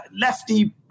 lefty